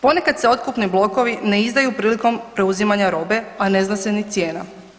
Ponekad se otkupni blokovi ne izdaju prilikom preuzimanja robe, a ne zna se ni cijena.